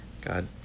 God